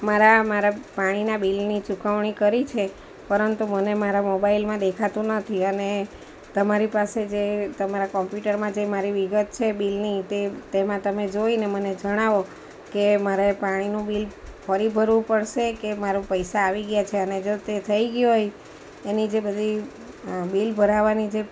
મારા મારા પાણીના બિલની ચુકવણી કરી છે પરંતુ મને મારા મોબાઈલમાં દેખાતું નથી અને તમારી પાસે જે તમારા કોંપ્યુટરમાં જે મારી વિગત છે બિલની તે તેમાં તમે જોઈને મને જણાવો કે મારે પાણીનું બિલ ફરી ભરવું પળશે કે મારું પૈસા આવી ગયા છે અને જો તે થઈ ગ્યું હોય એની જે બધી બિલ ભરાવાની જે